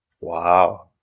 Wow